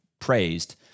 praised